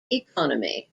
economy